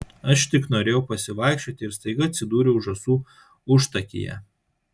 aš tik norėjau pasivaikščioti ir staiga atsidūriau žąsų užtakyje